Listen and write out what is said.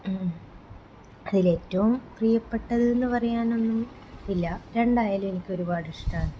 അതിൽ ഏറ്റവും പ്രിയപ്പെട്ടത് എന്ന് പറയാനൊന്നും ഇല്ല രണ്ടായാലും എനിക്ക് ഒരുപാട് ഇഷ്ടമാണ്